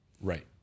right